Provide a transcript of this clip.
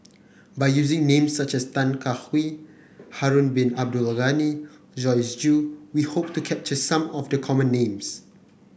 by using names such as Tan Kah Kee Harun Bin Abdul Ghani Joyce Jue we hope to capture some of the common names